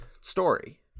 story